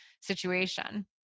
situation